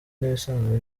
n’ibisabwa